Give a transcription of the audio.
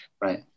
right